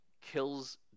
kills